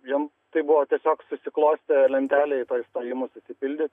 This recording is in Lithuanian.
jiem taip buvo tiesiog susiklostė lentelėje toj stojimų susipildyt